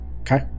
Okay